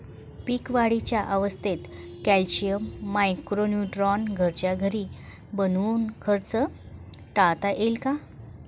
पीक वाढीच्या अवस्थेत calcium, micro neutron घरच्या घरी बनवून खर्च टाळता येईल का?